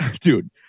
dude